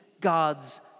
God's